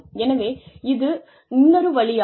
எனவே இது இன்னொரு வழியாகும்